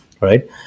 right